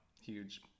huge